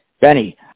Benny